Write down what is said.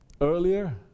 Earlier